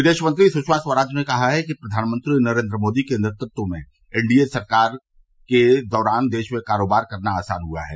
विदेश मंत्री सुषमा स्वराज ने कहा है कि प्रधानमंत्री नरेन्द्र मोदी के नेतृत्व में एनडीए सरकार के दौरान देश में कारोबार करना आसान हुआ है